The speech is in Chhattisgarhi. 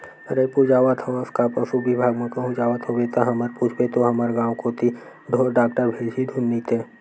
रइपुर जावत हवस का पसु बिभाग म कहूं जावत होबे ता हमर पूछबे तो हमर गांव कोती ढोर डॉक्टर भेजही धुन नइते